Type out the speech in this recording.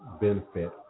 benefit